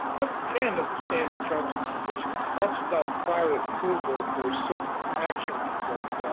number ten of the standard terms and conditions talks about prior approval for certain actions that